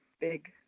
big